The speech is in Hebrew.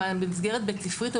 או במסגרת בית-ספרית,